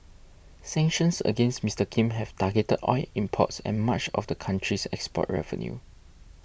sanctions against Mister Kim have targeted oil imports and much of the country's export revenue